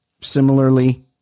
similarly